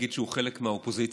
ולהגיד שהוא חלק מהאופוזיציה,